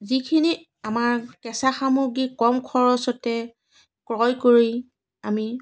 যিখিনি আমাৰ কেঁচা সামগ্ৰী কম খৰচতে ক্ৰয় কৰি আমি